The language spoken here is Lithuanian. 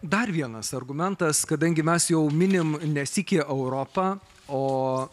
dar vienas argumentas kadangi mes jau minim ne sykį europą o